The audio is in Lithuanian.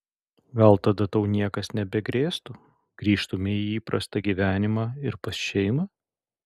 gal tada tau niekas nebegrėstų grįžtumei į įprastą gyvenimą ir pas šeimą